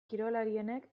kirolarienek